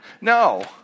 No